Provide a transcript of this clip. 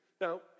Now